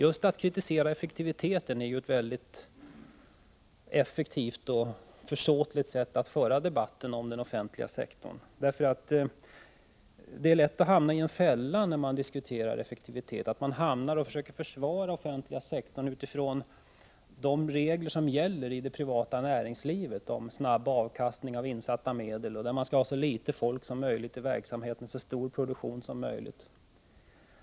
Att kritisera effektiviteten är ett mycket listigt och försåtligt sätt att föra debatten om den offentliga sektorn. Det är nämligen lätt att hamnai en fälla när man diskuterar effektiviteten — att man försöker försvara den offentliga sektorn utifrån de regler som gäller i det privata näringslivet när det gäller att få en snabb avkastning av insatta medel, att man skall ha så litet folk som möjligt i verksamheten och att man skall ha så stor produktion som möjligt.